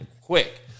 quick